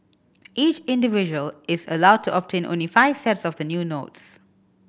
each individual is allowed to obtain only five sets of the new notes